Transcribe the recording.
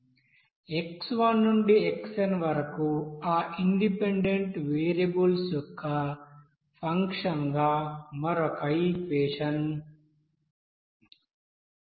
X1 నుండి xn వరకు ఆ ఇండిపెండెంట్ వేరియబుల్స్ యొక్క ఫంక్షన్గా మరొక ఈక్యేషన్ం